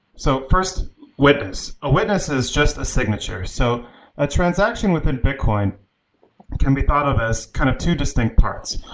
so first witness. a witness is just a signature. so a transaction within bitcoin can be thought of as kind of two distinct parts.